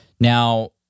Now